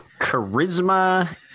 charisma